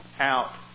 out